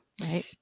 right